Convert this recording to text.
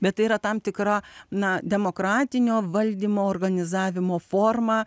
bet tai yra tam tikra na demokratinio valdymo organizavimo forma